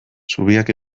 zubiak